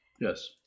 Yes